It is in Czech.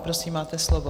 Prosím, máte slovo.